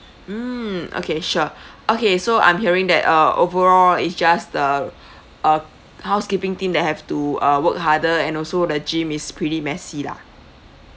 mm okay sure okay so I'm hearing that uh overall it's just the uh housekeeping team that have to uh work harder and also the gym is pretty messy lah